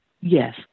Yes